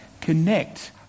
connect